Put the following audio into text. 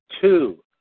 two